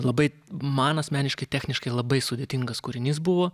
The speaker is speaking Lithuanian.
labai man asmeniškai techniškai labai sudėtingas kūrinys buvo